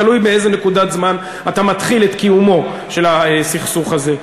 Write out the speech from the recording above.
תלוי באיזו נקודת זמן אתה מתחיל את קיומו של הסכסוך הזה.